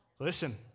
listen